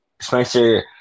Spencer